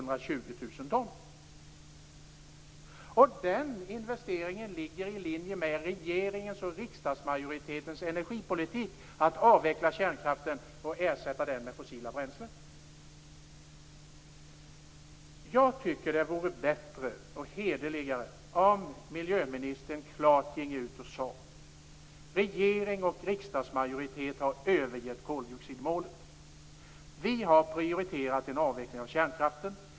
Denna investering ligger i linje med regeringens och riksdagsmajoritetens energipolitik, att avveckla kärnkraften och ersätta den med fossila bränslen. Jag tycker att det vore bättre och hederligare om miljöministern klart gick ut och sade: Regering och riksdagsmajoritet har övergett koldioxidmålet. Vi har prioriterat en avveckling av kärnkraften.